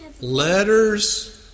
letters